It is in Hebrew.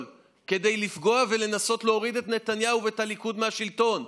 כדי לפגוע ולנסות להוריד את נתניהו ואת הליכוד מהשלטון.